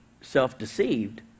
self-deceived